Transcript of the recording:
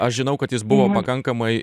aš žinau kad jis buvo pakankamai